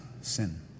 sin